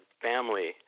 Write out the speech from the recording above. family